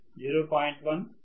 1 0